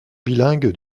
bilingue